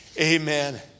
Amen